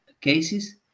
cases